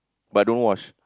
but don't wash